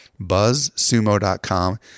buzzsumo.com